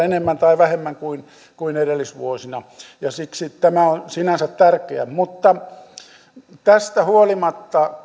enemmän tai vähemmän sama määrä kuin edellisvuosina ja siksi tämä on sinänsä tärkeää mutta tästä huolimatta